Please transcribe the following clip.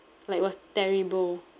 like it was terrible